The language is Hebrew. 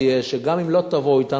תהיה שגם אם לא תבואו אתנו,